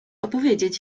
opowiedzieć